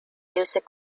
music